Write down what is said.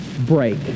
break